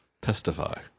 testify